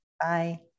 Bye